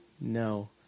no